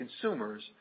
consumers